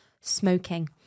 smoking